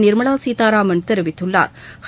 நிா்மலா சீதாராமன் தெரிவித்துள்ளாா்